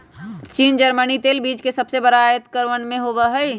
चीन जर्मनी तेल बीज के सबसे बड़ा आयतकरवन में से हई